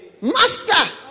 Master